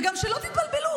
וגם שלא תתבלבלו,